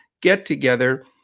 get-together